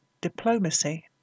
diplomacy